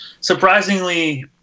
surprisingly